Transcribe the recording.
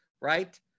right